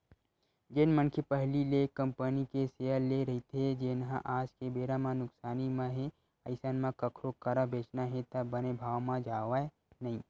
जेन मनखे पहिली ले कंपनी के सेयर लेए रहिथे जेनहा आज के बेरा म नुकसानी म हे अइसन म कखरो करा बेंचना हे त बने भाव म जावय नइ